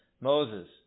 Moses